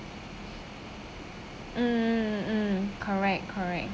mm mm mm correct correct